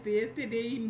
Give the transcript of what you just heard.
yesterday